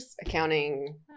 accounting